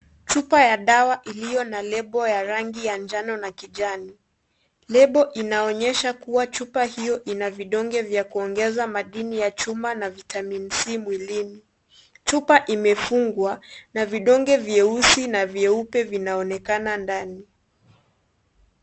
Chupa ya dawa iliyo na label ya rangi ya njano na kijani. Label inaonyesha kuwa chupa hiyo ina vidonge vya kuongeza madini ya chuma na vitamin C mwilini. Chupa imefungwa, na vidonge vieusi na vieupe vinaonekana ndani.